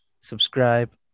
subscribe